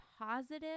positive